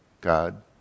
God